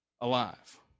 alive